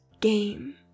game